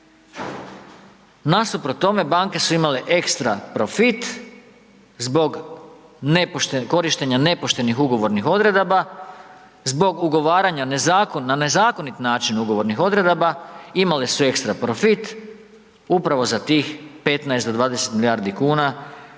Nasuprot tome, banke su imale ekstra profit zbog korištenja nepoštenih ugovornih odredaba, zbog ugovaranja na nezakonit način ugovornih odredaba, imali su ekstra profit upravo za tih 15-20 milijardi kuna